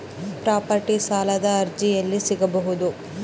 Property ಸಾಲದ ಅರ್ಜಿ ಎಲ್ಲಿ ಸಿಗಬಹುದು?